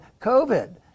COVID